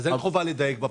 אז אין חובה לדייק בפרטים?